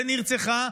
ונרצחה,